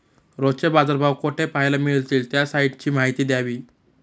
रोजचे बाजारभाव कोठे पहायला मिळतील? त्या साईटची माहिती द्यावी